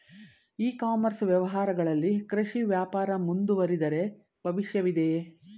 E commerce ವ್ಯವಹಾರಗಳಲ್ಲಿ ಕೃಷಿ ವ್ಯಾಪಾರ ಮುಂದುವರಿದರೆ ಭವಿಷ್ಯವಿದೆಯೇ?